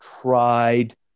tried